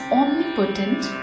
omnipotent